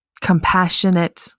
compassionate